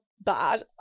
bad